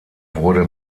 wurde